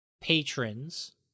patrons